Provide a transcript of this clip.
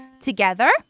Together